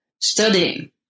studying